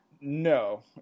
No